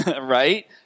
Right